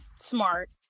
smart